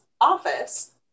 office